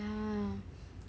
ya